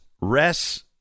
rest